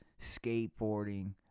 Skateboarding